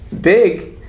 big